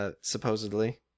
supposedly